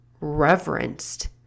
reverenced